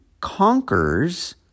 conquers